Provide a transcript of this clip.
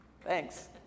Thanks